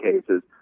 cases